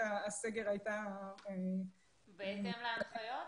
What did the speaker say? בהתאם להנחיות?